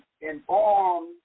inform